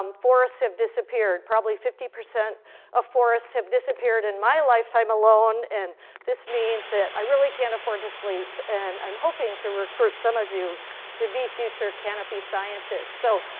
um forests have disappeared. probably fifty percent of forests have disappeared in my lifetime alone, and this means that i really can't afford to sleep, and i'm hoping to recruit some of you to be future canopy scientists. so,